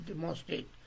demonstrate